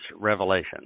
revelation